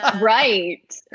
Right